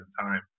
time